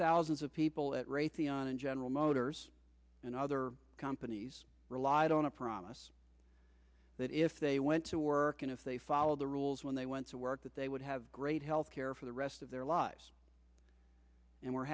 thousands of people at raytheon general motors and other companies relied on a promise that if they went to work and if they followed the rules when they went to work that they would have great health care for the rest of their lives and we're